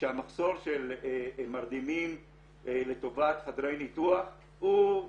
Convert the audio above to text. שהמחסור של מרדימים לטובת חדרי ניתוח הוא,